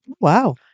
Wow